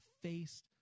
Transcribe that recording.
faced